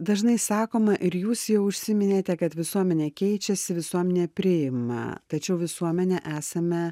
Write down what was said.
dažnai sakoma ir jūs jau užsiminėte kad visuomenė keičiasi visuomenė priima tačiau visuomenė esame